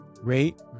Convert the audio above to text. rate